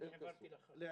העברתי לך.